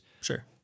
Sure